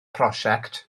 prosiect